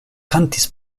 kantis